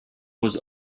was